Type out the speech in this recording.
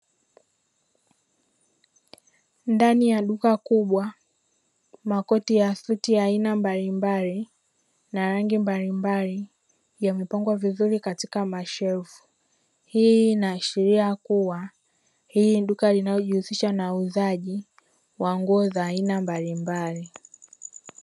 Ndani ya duka kubwa makoti ya suti ya aina mbalimbali na rangi mbalimbali yamepangwa vizuri katika mashelfu. Hii inaashiria kuwa hili ni duka linalojihusisha na uuzaji wa nguo za aina mbalimbali.